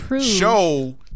show